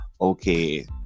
okay